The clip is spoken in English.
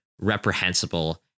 reprehensible